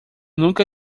nunca